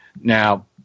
Now